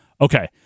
Okay